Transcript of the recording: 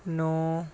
ਨੌਂ